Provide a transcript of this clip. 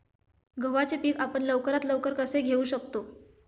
गव्हाचे पीक आपण लवकरात लवकर कसे घेऊ शकतो?